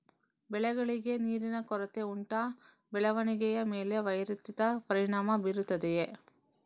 ಬೆಳೆಗಳಿಗೆ ನೀರಿನ ಕೊರತೆ ಉಂಟಾ ಬೆಳವಣಿಗೆಯ ಮೇಲೆ ವ್ಯತಿರಿಕ್ತ ಪರಿಣಾಮಬೀರುತ್ತದೆಯೇ?